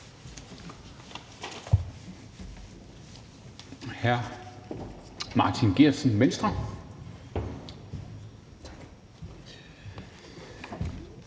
hr. Martin Geertsen, Venstre.